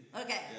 okay